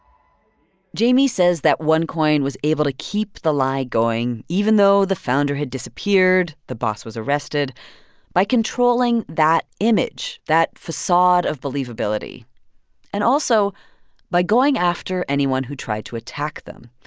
jamie says that onecoin was able to keep the lie going even though the founder had disappeared, the boss was arrested by controlling that image, that facade of believability and also by going after anyone who tried to attack them.